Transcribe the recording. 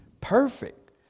perfect